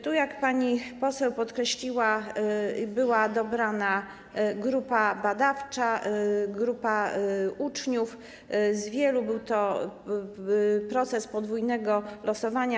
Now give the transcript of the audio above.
Tu, jak pani poseł podkreśliła, była dobrana grupa badawcza, grupa uczniów spośród wielu, był to proces podwójnego losowania.